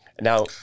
Now